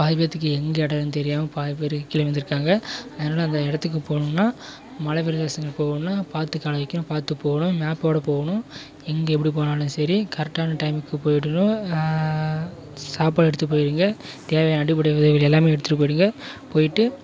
பாதிப் பேருத்துக்கு எங்கே இடன்னு தெரியாமல் பாதிப் பேர் கீழே விழுந்திருக்காங்க அதனால் அந்த இடத்துக்கு போகணும்ன்னா மலைப்பிரதேசங்கள் போகணுன்னால் பார்த்து காலை வைக்கணும் பார்த்து போகணும் மேப்போடு போகணும் எங்கே எப்படி போனாலும் சரி கரெட்டான டைமுக்கு போய்விடணும் சாப்பாடு எடுத்து போய்விடுங்க தேவையான அடிப்படை உதவிகள் எல்லாமே எடுத்துகிட்டு போய்விடுங்க போய்விட்டு